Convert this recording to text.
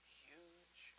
huge